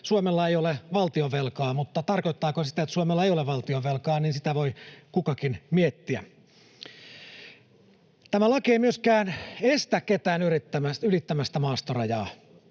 Suomella ei ole valtionvelkaa, mutta tarkoittaako se sitä, että Suomella ei ole valtionvelkaa, sitä voi kukakin miettiä. Tämä laki ei myöskään estä ketään ylittämästä maastorajaa,